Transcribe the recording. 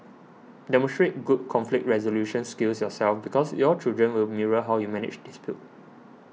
demonstrate good conflict resolution skills yourself because your children will mirror how you manage dispute